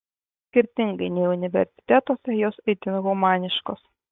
skirtingai nei universitetuose jos itin humaniškos